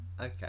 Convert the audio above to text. Okay